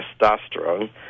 testosterone